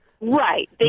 Right